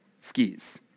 skis